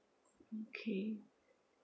okay